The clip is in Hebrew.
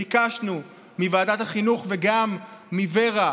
ביקשנו מוועדת החינוך וגם מוור"ה